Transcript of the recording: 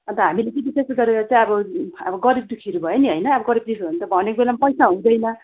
अनि त हामीले चाहिँ विशेष गरेर चाहिँ अब अब गरिबदुखीहरू भयो नि हैन गरिबदुखी हो भने त भनेको बेलामा पैसा हुँदैन